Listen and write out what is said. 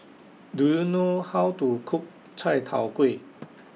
Do YOU know How to Cook Chai Tow Kway